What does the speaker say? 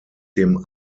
dem